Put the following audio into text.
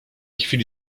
chwili